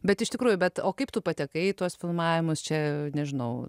bet iš tikrųjų bet o kaip tu patekai į tuos filmavimus čia nežinau